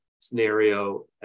scenario